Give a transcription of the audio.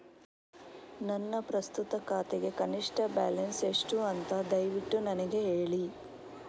ನನ್ನ ಪ್ರಸ್ತುತ ಖಾತೆಗೆ ಕನಿಷ್ಠ ಬ್ಯಾಲೆನ್ಸ್ ಎಷ್ಟು ಅಂತ ದಯವಿಟ್ಟು ನನಗೆ ಹೇಳಿ